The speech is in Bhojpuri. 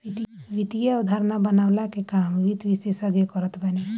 वित्तीय अवधारणा बनवला के काम वित्त विशेषज्ञ करत बाने